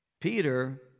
Peter